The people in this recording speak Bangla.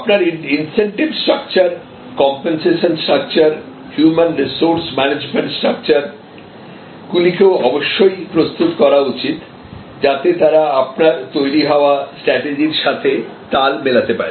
আপনার incentive structure compensation structure human resource management structure গুলিকেও অবশ্যই প্রস্তুত করা উচিত যাতে তারা আপনার তৈরি হওয়া স্ট্রাটেজির সাথে তাল মেলাতে পারে